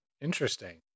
Interesting